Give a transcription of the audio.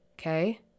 okay